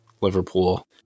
Liverpool